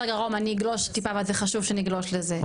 אז רגע רום אני אגלוש טיפה אבל זה חשוב שנגלוש לזה,